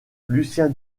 lucien